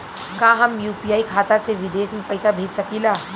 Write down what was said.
का हम यू.पी.आई खाता से विदेश में पइसा भेज सकिला?